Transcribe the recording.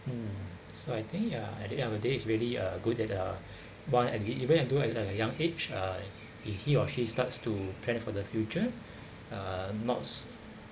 mm so I think ya at the end of the day it's really uh good that uh one and even though at young age uh if he or she starts to plan for the future uh not sa~